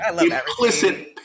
implicit